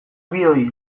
bioi